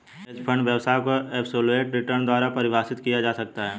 hedge fund व्यवसाय को absolute return द्वारा परिभाषित किया जा सकता है